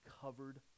covered